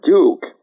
Duke